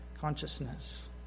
consciousness